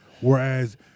Whereas